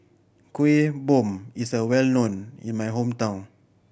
Kueh Bom is a well known in my hometown